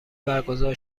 برگزار